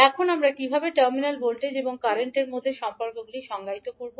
এখন আমরা কীভাবে টার্মিনাল ভোল্টেজ এবং কারেন্টর মধ্যে সম্পর্কগুলি সংজ্ঞায়িত করব